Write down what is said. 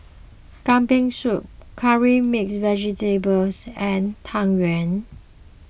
Kambing Soup Curry Mixed Vegetable and Tang Yuen